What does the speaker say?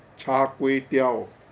char kway teow